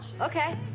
okay